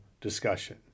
discussion